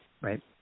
Right